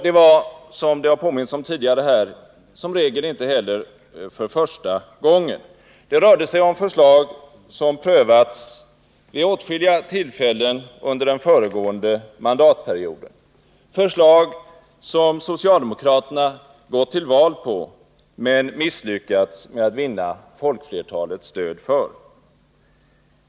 Det var, som det har påmints om tidigare här, inte heller första gången — det rörde sig om förslag som prövats vid åtskilliga tillfällen under den föregående mandatperioden, förslag som socialdemokraterna gått till val på men misslyckats med att vinna folkflertalets stöd för.